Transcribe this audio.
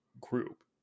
group